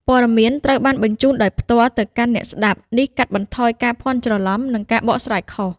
ព័ត៌មានត្រូវបានបញ្ជូនដោយផ្ទាល់ទៅកាន់អ្នកស្ដាប់ នេះកាត់បន្ថយការភ័ន្តច្រឡំ ឬការបកស្រាយខុស។